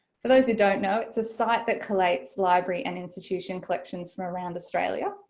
for those who don't know it's a site that collects library and institution collections from around australia.